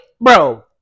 bro